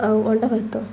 ଆଉ ଅଣ୍ଡା ଭାତ